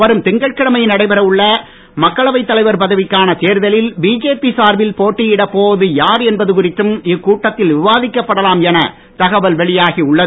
வரும் திங்கட்கிழமை நடைபெற உள்ள மக்களவை தலைவர் பதவிக்கான தேர்தலில் பிஜேபி சார்பில் போட்டியிடப் போவது யார் என்பது குறித்தும் இக்கூட்டத்தில் விவாதிக்கப்படலாம் என தகவல் வெளியாகி உள்ளது